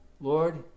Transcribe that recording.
Lord